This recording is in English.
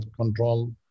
control